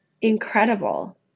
Incredible